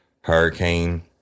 Hurricane